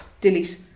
delete